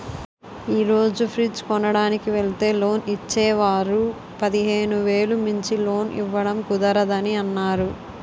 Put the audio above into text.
ఈ రోజు ఫ్రిడ్జ్ కొనడానికి వెల్తే లోన్ ఇచ్చే వాళ్ళు పదిహేను వేలు మించి లోన్ ఇవ్వడం కుదరదని అన్నారు